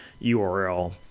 URL